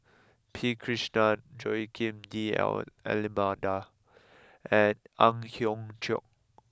P Krishnan Joaquim D' Almeida and Ang Hiong Chiok